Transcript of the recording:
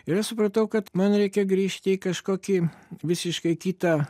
ir aš supratau kad man reikia grįžti į kažkokį visiškai kitą